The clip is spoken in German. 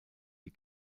die